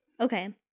Okay